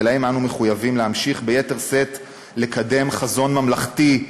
ולהם אנו מחויבים להמשיך ביתר שאת לקדם חזון ממלכתי,